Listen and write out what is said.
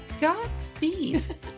Godspeed